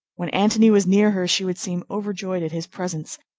when antony was near her she would seem overjoyed at his presence,